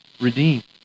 redeemed